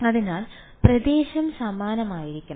അതിനാൽ പ്രദേശം സമാനമായിരിക്കണം